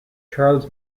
charles